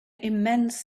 immense